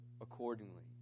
accordingly